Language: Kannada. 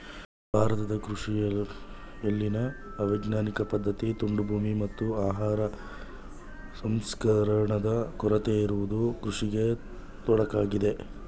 ಭಾರತ ಕೃಷಿಯಲ್ಲಿನ ಅವೈಜ್ಞಾನಿಕ ಪದ್ಧತಿ, ತುಂಡು ಭೂಮಿ, ಮತ್ತು ಆಹಾರ ಸಂಸ್ಕರಣಾದ ಕೊರತೆ ಇರುವುದು ಕೃಷಿಗೆ ತೊಡಕಾಗಿದೆ